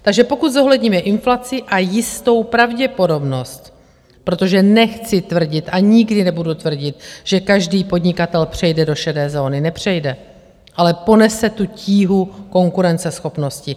takže pokud zohledníme inflaci a jistou pravděpodobnost, protože nechci tvrdit a nikdy nebudu tvrdit, že každý podnikatel přejde do šedé zóny, nepřejde, ale ponese tu tíhu konkurenceschopnosti.